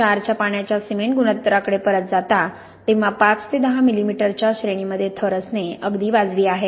4 च्या पाण्याच्या सिमेंट गुणोत्तराकडे परत जाता तेव्हा 5 ते 10 मिलिमीटरच्या श्रेणीमध्ये थर असणे अगदी वाजवी आहे